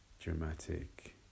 dramatic